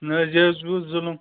نَہ حَظ یہِ حَظ گوٚو ظلُم